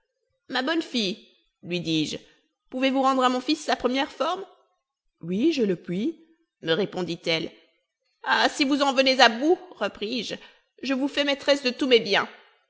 ma bonne fille lui dis-je pouvezvous rendre à mon fils sa première forme oui je le puis me répondit-elle ah si vous en venez à bout repris-je je vous fais maîtresse de tous mes biens